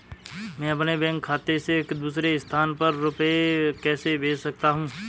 मैं अपने बैंक खाते से दूसरे स्थान पर रुपए कैसे भेज सकता हूँ?